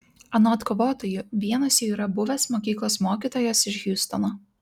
anot kovotojų vienas jų yra buvęs mokyklos mokytojas iš hjustono